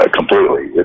completely